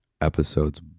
episodes